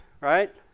right